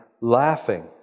laughing